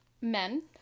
men